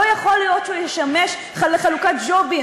לא יכול להיות שהוא ישמש לחלוקת ג'ובים